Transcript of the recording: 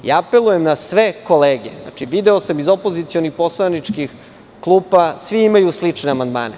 Apelujem na sve kolege, znači, video sam, iz opozicionih poslaničkih klupa svi imaju slične amandmane.